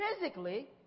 physically